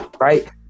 right